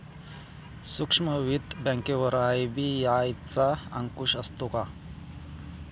सूक्ष्म वित्त बँकेवर आर.बी.आय चा अंकुश असतो का?